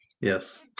Yes